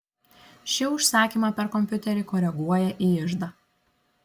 ši užsakymą per kompiuterį koreguoja į iždą